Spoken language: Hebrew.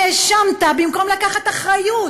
האשמת במקום לקחת אחריות.